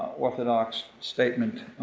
orthodox statement